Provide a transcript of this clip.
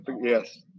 Yes